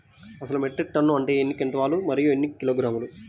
అసలు metric ton అంటే ఎన్ని క్వింటాలు మరియు ఎన్ని కిలోగ్రాములు?